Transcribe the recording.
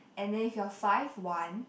and then if you are five one